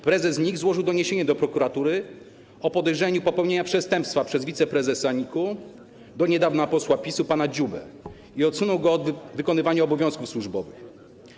Prezes NIK złożył doniesienie do prokuratury o podejrzeniu popełnienia przestępstwa przez wiceprezesa NIK, do niedawna posła PiS-u, pana Dziubę i odsunął go od wykonywania obowiązków służbowych.